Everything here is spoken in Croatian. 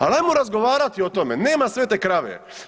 Al ajmo razgovarati o tome, nema svete krave.